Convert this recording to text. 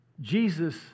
Jesus